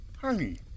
Honey